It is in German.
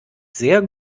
sehr